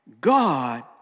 God